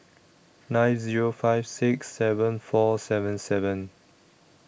nine Zero five six seven four seven seven